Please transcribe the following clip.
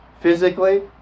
physically